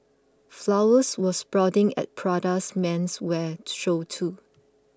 flowers were sprouting at Prada's menswear show too